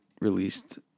released